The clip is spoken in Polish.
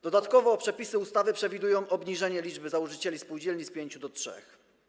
Dodatkowo przepisy ustawy przewidują obniżenie liczby założycieli spółdzielni z pięciu do trzech.